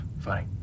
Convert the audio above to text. Funny